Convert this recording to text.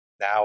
now